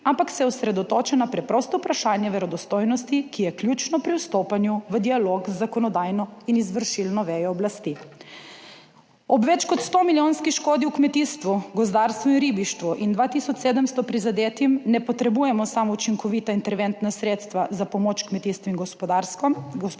ampak se osredotoča na preprosto vprašanje verodostojnosti, ki je ključno pri vstopanju v dialog z zakonodajno in izvršilno vejo oblasti. Ob več kot 100-milijonski škodi v kmetijstvu, gozdarstvu in ribištvu in 2 tisoč 700 prizadetih ne potrebujemo samo učinkovitih interventnih sredstev za pomoč kmetijstvu in gospodarstvom,